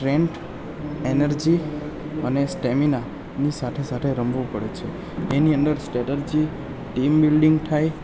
strength energy અને સ્ટેમિનાની સાથે સાથે રમવું પડે છે એની અંદર સ્ટેટર્જી ટીમ બિલ્ડિંગ થાય